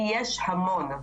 כי יש המון.